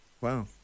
wow